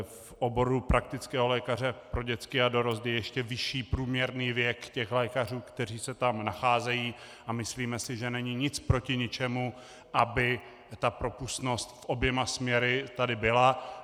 V oboru praktického lékaře pro dětský dorost je ještě vyšší průměrný věk těch lékařů, kteří se tam nacházejí, a myslíme si, že není nic proti ničemu, aby propustnost oběma směry tady byla.